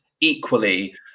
equally